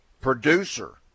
producer